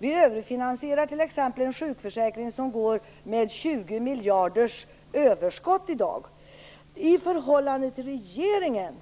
Vi överfinansierar t.ex. en sjukförsäkring som går med 20 miljarder i överskott i dag. I förhållande till regeringen